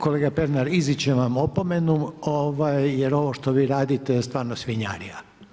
Kolega Pernar, izričem vam opomenu jer ovo što vi radite je stvarno svinjarija.